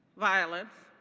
violence